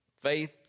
faith